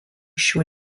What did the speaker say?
šių